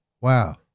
wow